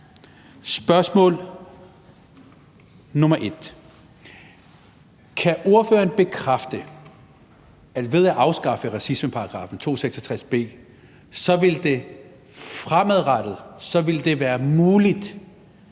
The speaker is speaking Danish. Spørgsmål nummer et: Kan ordføreren bekræfte, at ved at afskaffe racismeparagraffen, § 266 b, vil det fremadrettet være muligt